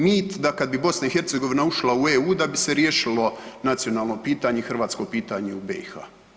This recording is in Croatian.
Mit da kad bi BiH ušla u EU da bi se riješilo nacionalno pitanje, hrvatsko pitanje u BiH.